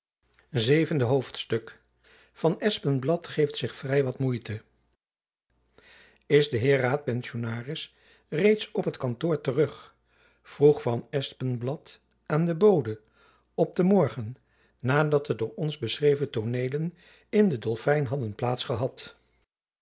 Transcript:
zevende hoofdstuk van espenblad geeft zich vrij wat moeite is de heer raadpensionaris reeds op het kantoor terug vroeg van espenblad aan den bode op den morgen na dat de door ons beschreven tooneelen in den dolfijn hadden